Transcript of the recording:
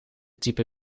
type